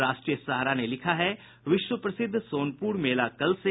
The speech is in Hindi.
राष्ट्रीय सहारा ने लिखा है विश्व प्रसिद्ध सोनपुर मेला कल से